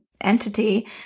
entity